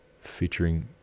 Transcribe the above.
featuring